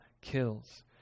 kills